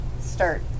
start